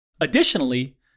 Additionally